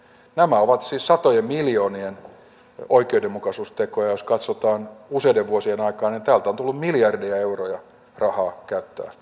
nämä ovat siis satojen miljoonien oikeudenmukaisuustekoja ja jos katsotaan usein vuosien aikaa niin täältä on tullut miljardeja euroja rahaa käyttää kaikkeen hyvään